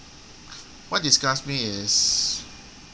what disgusts me is